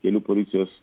kelių policijos